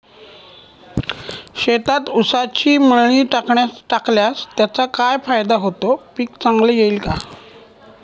शेतात ऊसाची मळी टाकल्यास त्याचा काय फायदा होतो, पीक चांगले येईल का?